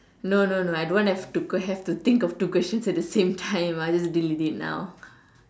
no no no I don't want have to have to think of two questions at the same time I'll just delete it now